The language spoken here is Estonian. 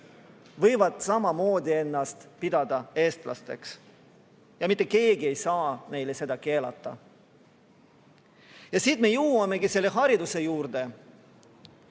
võivad samamoodi pidada ennast eestlasteks. Ja mitte keegi ei saa neile seda keelata. Siit me jõuamegi hariduse juurde,